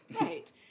Right